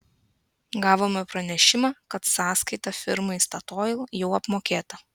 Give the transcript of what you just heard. gavome pranešimą kad sąskaita firmai statoil jau apmokėta